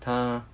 他